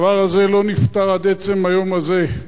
הדבר הזה לא נפתר עד עצם היום הזה.